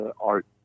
art